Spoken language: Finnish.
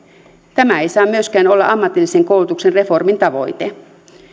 tämä ei saa myöskään olla ammatillisen koulutuksen reformin tavoite